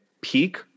peak